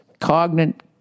cognate